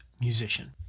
musician